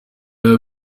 nawe